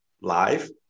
live